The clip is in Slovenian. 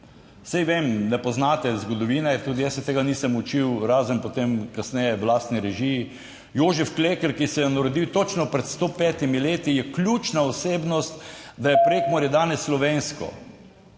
Saj vem, ne poznate zgodovine, tudi jaz se tega nisem učil, razen potem kasneje v lastni režiji. Jožef Klekl, ki se je rodil točno pred 105 leti, je ključna osebnost, / znak za konec